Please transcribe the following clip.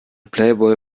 playboy